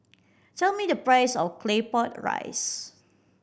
tell me the price of Claypot Rice